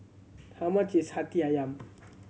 how much is Hati Ayam